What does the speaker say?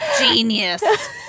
Genius